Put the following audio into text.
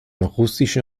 russischen